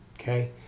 okay